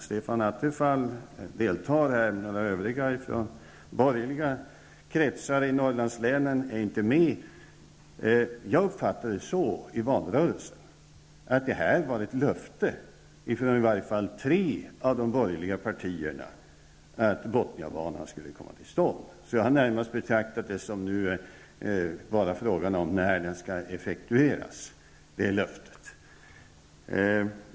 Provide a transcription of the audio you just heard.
Stefan Attefall deltar, men några övriga från de borgerliga kretsarna i Norrlandslänen är inte med. Jag uppfattade det så i valrörelsen att det var ett löfte från i varje fall tre av de borgerliga partierna att Bothniabanan skulle komma till stånd. Jag har närmast betraktat det som att det nu bara är fråga om när löftet skall effektueras.